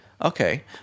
Okay